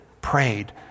prayed